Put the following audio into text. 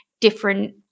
different